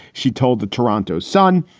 she told the toronto sun.